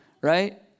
Right